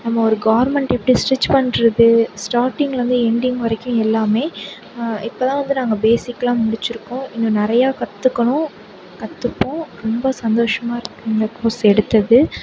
நம்ம ஒரு கார்மெண்ட் எப்படி ஸ்டிட்ச் பண்ணறது ஸ்டார்டிங்லேருந்து எண்டிங் வரைக்கும் எல்லாமே இப்போதான் வந்து நாங்கள் பேஸிக்லாம் முடித்திருக்கோம் இன்னும் நிறையா கற்றுக்கணும் கற்றுப்போம் ரொம்ப சந்தோஷமாக இருக்குது இந்த கோர்ஸ் எடுத்தது